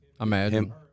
Imagine